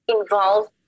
involved